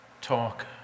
talk